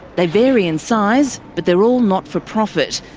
they vary in size, but they're all not-for-profit.